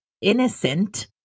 innocent